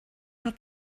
paar